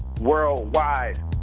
worldwide